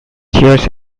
cheers